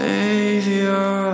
Savior